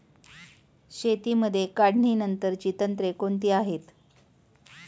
शेतीमध्ये काढणीनंतरची तंत्रे कोणती आहेत?